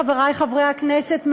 חברי חברי הכנסת,